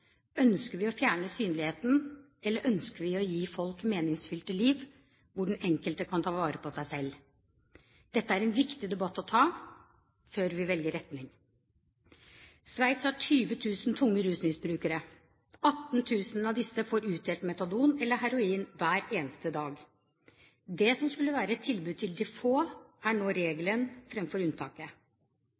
Ønsker vi å fjerne synligheten, eller ønsker vi å gi folk meningsfylte liv, hvor den enkelte kan ta vare på seg selv? Dette er en viktig debatt å ta før vi velger retning. Sveits har 20 000 tunge rusmisbrukere. 18 000 av disse får utdelt metadon eller heroin hver eneste dag. Det som skulle være et tilbud til de få, er nå regelen fremfor unntaket.